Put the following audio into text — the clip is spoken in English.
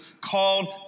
called